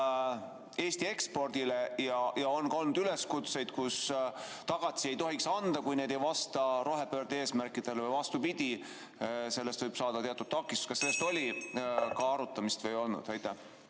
Eesti ekspordile. On ka olnud üleskutseid, et tagatisi ei tohiks anda, kui need ei vasta rohepöörde eesmärkidele, või vastupidi, et nendest võib saada teatud takistus. Kas selle üle oli ka arutamist või ei olnud? Suur